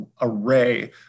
array